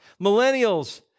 Millennials